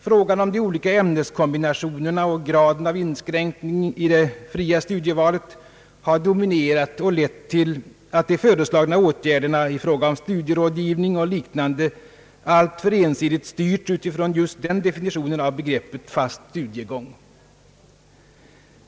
Frågan om de olika ämneskombinationerna och graden av inskränkning i det fria studievalet har dominerat och lett till att de föreslagna åtgärderna i fråga om studierådgivning och liknande ting alltför ensidigt styrts utifrån just den definitionen av begreppet fast studiegång.